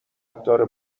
داره